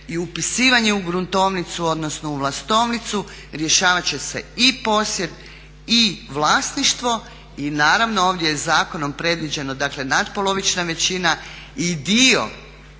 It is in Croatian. i upisivanje u gruntovnicu odnosno u vlastovnicu, rješavat će se i posjed i vlasništvo. I naravno ovdje je zakonom predviđeno dakle natpolovična većina i dio